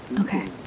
Okay